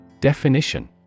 Definition